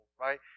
right